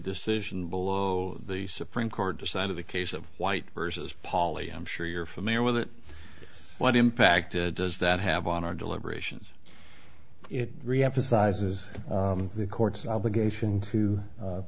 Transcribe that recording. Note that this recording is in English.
decision below the supreme court decided the case of white versus poly i'm sure you're familiar with it what impact does that have on our deliberations it reemphasizes the court's obligation to